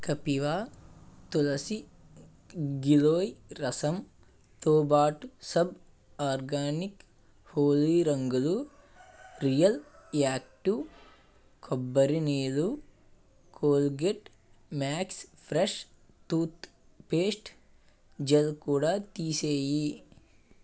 కపీవ తులసీ గిలోయ్ రసంతో పాటు సబ్ ఆర్గానిక్ హోలీ రంగులు రియల్ యాక్టివ్ కొబ్బరి నీళ్ళు Colgate max fresh toothpaste gel కూడా తీసేయి